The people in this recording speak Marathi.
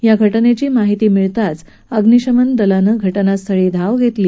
या घटनेची माहिती मिळताच अग्निशमन दलानं घटनास्थळी धाव घेतली